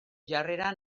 jarrera